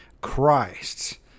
Christ